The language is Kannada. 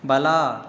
ಬಲ